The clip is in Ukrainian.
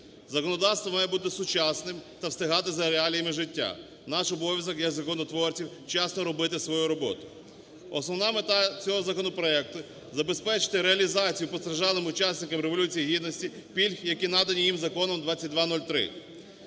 Законодавство має бути сучасним та встигати за реаліями життя. Наш обов'язок як законотворців – вчасно робити свою роботу. Основна мета цього законопроекту – забезпечити реалізацію постраждалим учасникам Революції Гідності пільг, які надані їм Законом 2203.